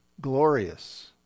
glorious